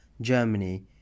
Germany